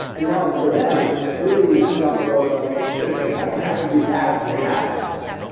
and now for them, you're leading them down a road of, wait a second, i don't have to do abs to have abs.